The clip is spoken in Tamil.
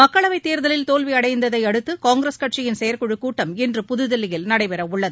மக்களவைத் தேர்தலில் தோல்வியடைந்ததை அடுத்து காங்கிரஸ் கட்சியின் செயற்குழுக் கூட்டம் இன்று புதுதில்லியில் நடைபெறவுள்ளது